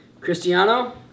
cristiano